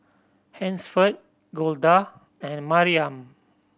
Hansford Golda and Mariam